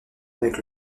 avec